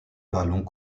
ballons